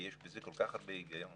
כי יש בזה כל כך הרבה הגיון.